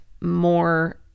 more